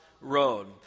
road